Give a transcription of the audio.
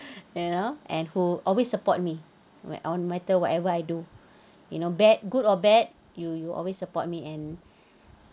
you know and who always support me when on matter whatever I do you know bad good or bad you you always support me and